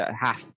Half